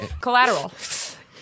Collateral